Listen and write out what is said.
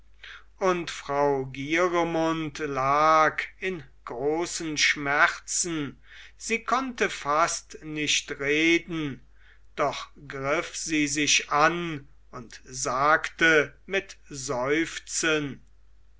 und frau gieremund lag in großen schmerzen sie konnte fast nicht reden doch griff sie sich an und sagte mit seufzen